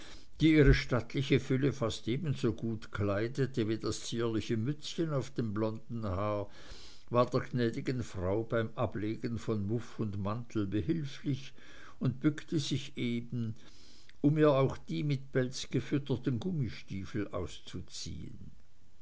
die ihre stattliche fülle fast ebenso gut kleidete wie das zierliche mützchen auf dem blonden haar war der gnädigen frau beim ablegen von muff und mantel behilflich und bückte sich eben um ihr auch die mit pelz gefütterten gummistiefel auszuziehen